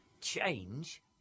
change